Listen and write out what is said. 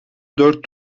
dört